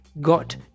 got